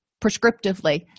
prescriptively